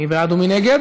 מי בעד ומי נגד?